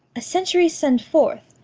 a century send forth.